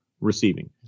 receiving